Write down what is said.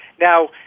Now